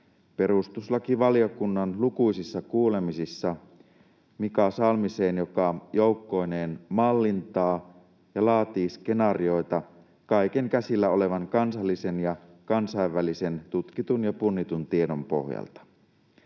perustuslakivaliokunnan lukuisissa kuulemisissa Mika Salmiseen, joka joukkoineen mallintaa ja laatii skenaarioita kaiken käsillä olevan kansallisen ja kansainvälisen tutkitun ja punnitun tiedon pohjalta.